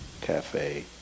cafe